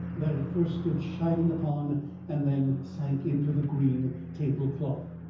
that at first stood shining upon and then sank into the green table-cloth.